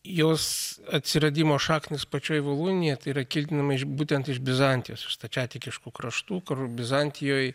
jos atsiradimo šaknys pačioje voluinėje tai yra kildinama iš būtent iš bizantijos stačiatikiškų kraštų kur bizantijoj